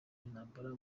intambara